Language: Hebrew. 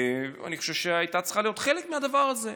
אני חושב שהיא הייתה צריכה להיות חלק מהדבר הזה.